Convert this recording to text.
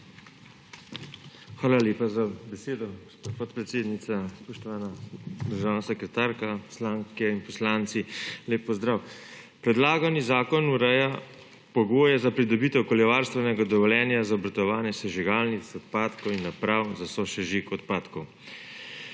Hvala lepa za besedo, gospa podpredsednica. Spoštovana državna sekretarka, poslanke in poslanci lep pozdrav! Predlagani zakon ureja pogoje za pridobitev okoljevarstvenega dovoljenja za obratovanje sežigalnic odpadkov in naprav za sosežig odpadkov,